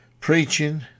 preaching